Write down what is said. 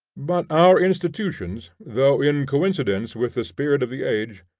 but our institutions, though in coincidence with the spirit of the age,